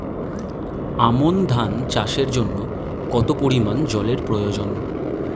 আমন ধান চাষের জন্য কত পরিমান জল এর প্রয়োজন?